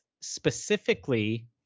Specifically